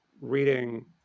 reading